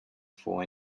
for